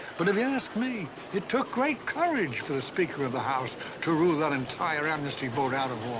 but if you ask me, it took great courage for the speaker of the house to rule that entire amnesty vote out of order. oh,